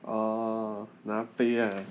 orh 那杯啊